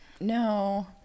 No